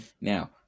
Now